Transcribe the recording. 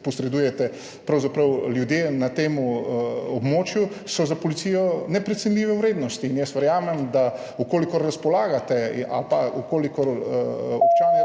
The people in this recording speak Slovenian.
posredujete ljudje na tem območju, za policijo neprecenljive vrednosti. In verjamem, v kolikor razpolagate ali v kolikor občani razpolagajo